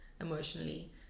emotionally